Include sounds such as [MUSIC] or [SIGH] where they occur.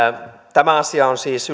tämä asia on siis [UNINTELLIGIBLE]